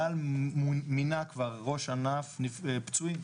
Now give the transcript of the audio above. צה"ל מינה כבר ראש ענף פצועים.